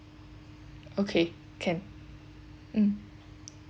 okay can mm